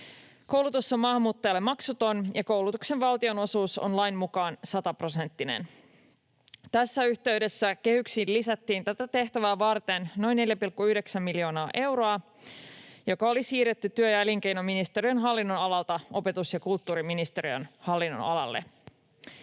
Koulutus on maahanmuuttajille maksuton, ja koulutuksen valtionosuus on lain mukaan sataprosenttinen. Tässä yhteydessä kehyksiin lisättiin tätä tehtävää varten noin 4,9 miljoonaa euroa, joka oli siirretty työ‑ ja elinkeinoministeriön hallinnonalalta opetus‑ ja kulttuuriministeriön hallinnonalalle.